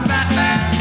Batman